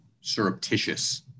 surreptitious